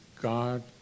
God